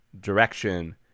direction